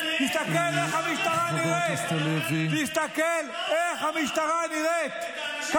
כשהרמטכ"ל ממנה אתה